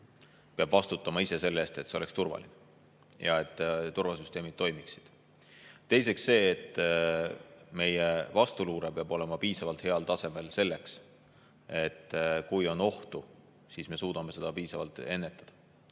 peab vastutama ise selle eest, et see oleks turvaline ja et turvasüsteemid toimiksid. Teiseks, meie vastuluure peab olema piisavalt heal tasemel selleks, et kui on oht, siis me suudame seda piisavalt